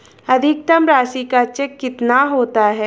अधिकतम राशि का चेक कितना होता है?